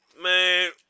Man